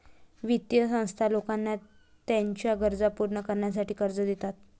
वित्तीय संस्था लोकांना त्यांच्या गरजा पूर्ण करण्यासाठी कर्ज देतात